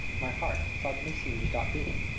my heart suddenly seemed to stop beating.